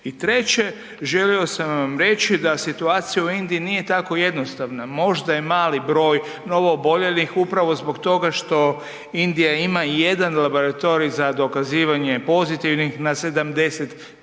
I treće želio sam vam reći da situacija u Indiji nije tako jednostavna. Možda je mali broj novooboljelih upravo zbog toga što Indija ima i 1 laboratorij za dokazivanje pozitivnih na 75